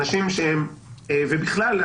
בכלל,